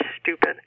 stupid